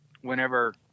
whenever